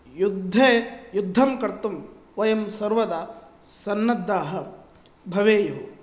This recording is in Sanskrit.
युद्धे युद्धं कर्तुं वयं सर्वदा सन्नद्धाः भवेयुः